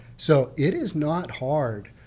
so it is not hard.